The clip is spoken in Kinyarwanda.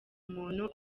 umuntu